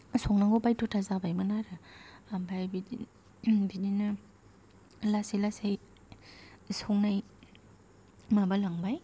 संनांगौ बाध्यता जाबायमोन आरो ओमफाय बिदि बिदिनो लासै लासै संनाय माबालांबाय